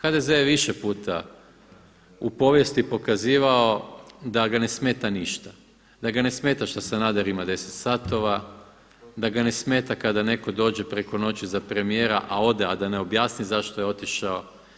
HDZ je više puta u povijesti pokazivao da ga ne smeta ništa, da ga ne smeta što Sanader ima 10 satova, da ga ne smeta kada netko dođe preko noći za premijera a ode a da ne objasni zašto je otišao.